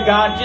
God